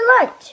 lunch